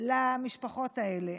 למשפחות האלה.